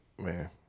Man